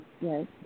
yes